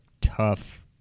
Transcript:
tough